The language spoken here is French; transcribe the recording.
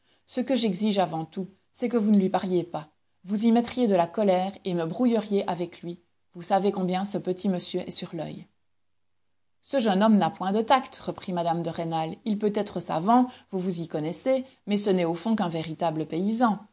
ce que j'exige avant tout c'est que vous ne lui parliez pas vous y mettriez de la colère et me brouilleriez avec lui vous savez combien ce petit monsieur est sur l'oeil ce jeune homme n'a point de tact reprit mme de rênal il peut être savant vous vous y connaissez mais ce n'est au fond qu'un véritable paysan